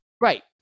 Right